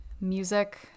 music